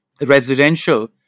residential